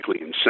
insane